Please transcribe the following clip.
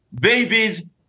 babies